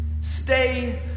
stay